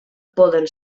poden